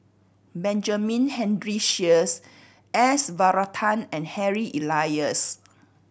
Benjamin Henry Sheares S Varathan and Harry Elias